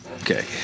Okay